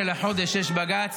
ב-18 לחודש יש בג"ץ.